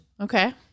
Okay